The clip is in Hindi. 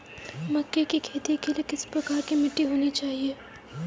मक्के की खेती के लिए किस प्रकार की मिट्टी होनी चाहिए?